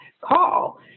call